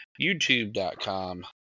YouTube.com